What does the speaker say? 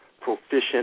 proficient